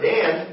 Dan